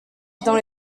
dans